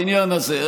בעניין הזה.